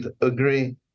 agree